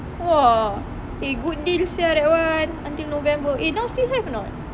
!wah! eh good deal sia that [one] until november eh now still have or not